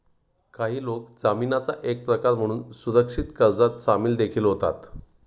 काही लोक जामीनाचा एक प्रकार म्हणून सुरक्षित कर्जात सामील देखील होतात